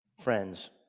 Friends